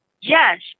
Yes